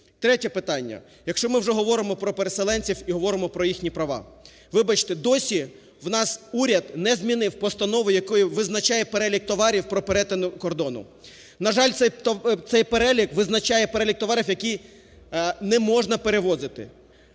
Третє питання. Якщо ми вже говоримо про переселенців і говоримо про їхні права. Вибачте, досі в нас уряд не змінив постанову, якою визначає перелік товарів про перетин кордону. На жаль, цей перелік визначає перелік товарів, які не можна перевозити.